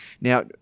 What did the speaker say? Now